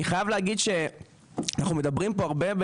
אני חייב להגיד שאנחנו מדברים פה הרבה,